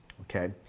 okay